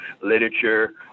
literature